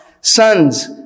sons